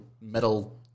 metal